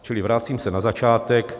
Čili vracím se na začátek.